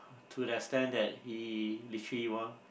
to the extend that he literally